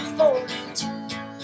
forty-two